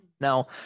Now